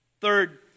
Third